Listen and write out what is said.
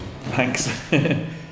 Thanks